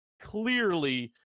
clearly